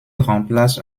remplace